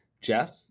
Jeff